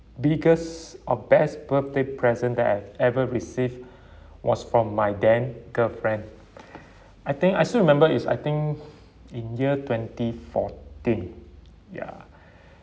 biggest or best birthday present that I've ever received was from my then girlfriend I think I still remember is I think in year twenty fourteen ya